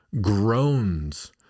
groans